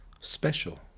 special